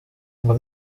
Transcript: ngo